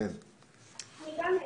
קדימה.